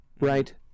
right